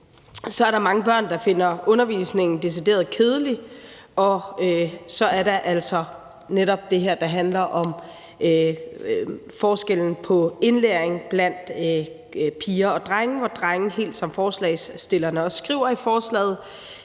Så er der mange børn, der finder undervisningen decideret kedelig, og så er der altså netop det her, der handler om forskellen på indlæringen blandt piger og drenge, hvor drengene, helt som forslagsstillerne også skriver i forslaget,